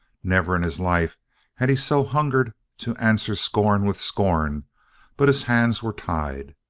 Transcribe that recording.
never in his life had he so hungered to answer scorn with scorn but his hands were tied.